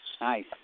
Nice